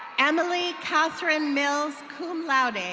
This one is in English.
emily kathryn mills, cum laude.